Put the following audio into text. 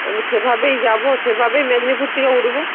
আমি সেভাবেই যাবো সেভাবেই মেদিনীপুর থেকে উঠবো